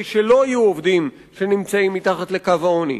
שלא יהיו עובדים שנמצאים מתחת לקו העוני,